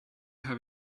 have